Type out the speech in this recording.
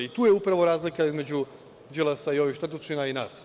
Tu je upravo razlika između Đilasa i ovih štetočina i nas.